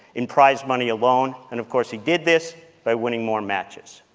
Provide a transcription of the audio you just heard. in prize money alone, and of course, he did this by winning more matches.